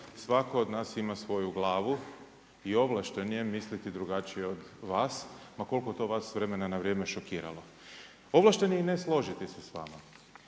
svatko od nas ima svoju glavu i ovlašten je misliti drugačije od vas, ma koliko to vas s vremena na vrijeme šokiralo. Ovlašteni i ne složiti se s vama,